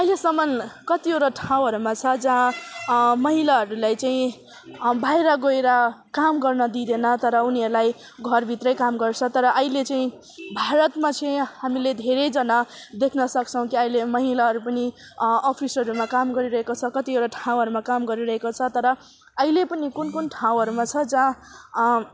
अहिलेसम्म कतिवटा ठाउँहरूमा छ जहाँ महिलाहरूलाई चाहिँ बाहिर गएर काम गर्न दिँदैन तर उनीहरूलाई घरभित्रै काम गर्छ तर अहिले चाहिँ भारतमा चाहिँ हामीले धेरैजना देख्न सक्छौँ कि अहिले महिलाहरू पनि अफिसहरूमा काम गरिरहेको छ कतिवटा ठाउँहरूमा काम गरिरहेको छ तर अहिले पनि कुन कुन ठाउँहरू छ जहाँ